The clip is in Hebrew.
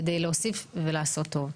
כדי להוסיף ולעשות טוב.